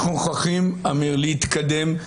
אנחנו מוכרחים, אמיר, להתקדם.